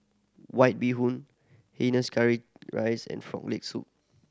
White Bee Hoon hainanese curry rice and Frog Leg Soup